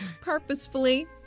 purposefully